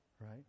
right